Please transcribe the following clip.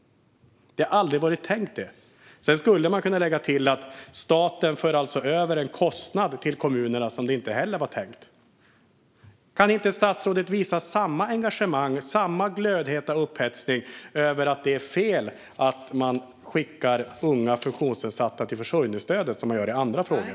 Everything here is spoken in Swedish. Det har aldrig varit tänkt så. Sedan skulle man kunna lägga till att staten för över en kostnad till kommunerna på ett sätt som det inte heller var tänkt. Kan inte statsrådet visa samma engagemang och samma glödheta upphetsning över att det är fel att man skickar unga funktionsnedsatta till försörjningsstödet som han gör i andra frågor?